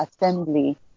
assembly